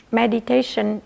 meditation